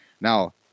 Now